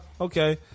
okay